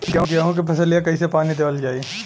गेहूँक फसलिया कईसे पानी देवल जाई?